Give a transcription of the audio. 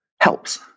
helps